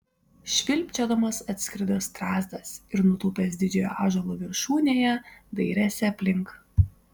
švilpčiodamas atskrido strazdas ir nutūpęs didžiojo ąžuolo viršūnėje dairėsi aplink